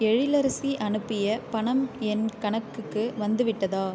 எழிலரசி அனுப்பிய பணம் என் கணக்குக்கு வந்துவிட்டதா